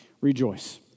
Rejoice